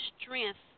strength